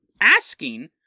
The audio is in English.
asking